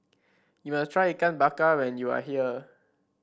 you must try Ikan Bakar when you are here